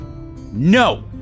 No